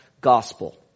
gospel